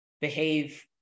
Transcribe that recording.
behave